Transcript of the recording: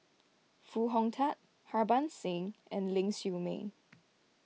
Foo Hong Tatt Harbans Singh and Ling Siew May